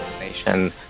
nation